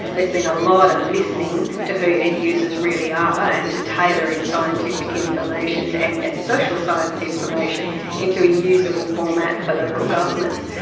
there's been a lot of listening to who end-users really are and to tailoring scientific information and and social science information into a usable format for local governments,